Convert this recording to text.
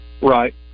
Right